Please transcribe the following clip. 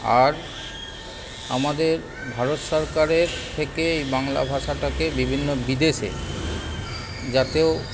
আর আমাদের ভারত সরকারের থেকে এই বাংলা ভাষাটাকে বিভিন্ন বিদেশে যাতেও